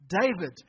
David